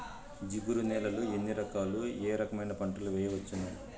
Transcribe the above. జిగురు నేలలు ఎన్ని రకాలు ఏ రకమైన పంటలు వేయవచ్చును?